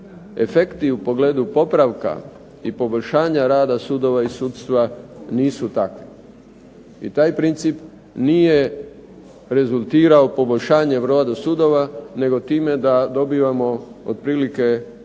efekti u pogledu popravka i poboljšanja rada sudova i sudstva nisu takvi. I taj princip nije rezultirao poboljšanjem rada sudova nego time da dobivamo otprilike poruku